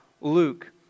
Luke